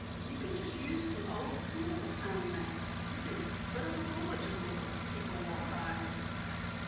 you can just use some old school kind of methods. you can put up a bulletin board that people walk by every day.